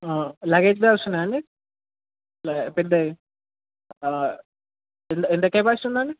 luggage bags ఉన్నాయా అండి పెద్దవి ఎంత ఎంత కెపాసిటీ ఉందండి